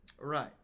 Right